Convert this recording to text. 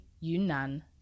Yunnan